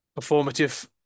performative